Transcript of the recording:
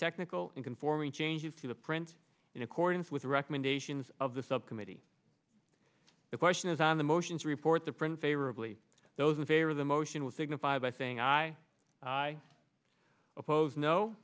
technical and conforming changes to the prince in accordance with the recommendations of the subcommittee the question is on the motions report to print favorably those in favor of the motion will signify by saying i i